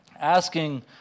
asking